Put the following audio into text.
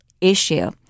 issue